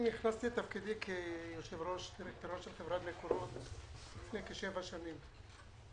נכנסתי לתפקידי כיושב-ראש של חברת מקורות לפני כשבע שנים.